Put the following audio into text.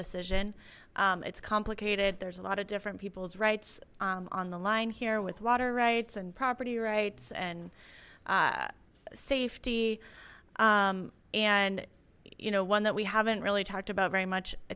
decision it's complicated there's a lot of different people's rights on the line here with water rights and property rights and safety and you know one that we haven't really talked about very much i